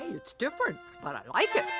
it's different, but i like it.